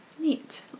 Neat